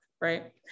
right